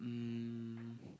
um